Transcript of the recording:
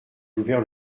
ouvert